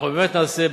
אנחנו באמת נעשה,